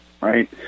right